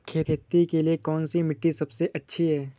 खेती के लिए कौन सी मिट्टी सबसे अच्छी है?